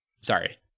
sorry